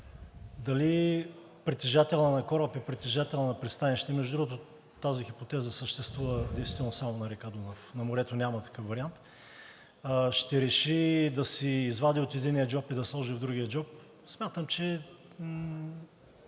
дали притежателят на кораб е притежател на пристанище, между другото, тази хипотеза съществува действително само на река Дунав, на морето няма такъв вариант, ще реши да си извади от единия джоб и да сложи в другия джоб, смятам, че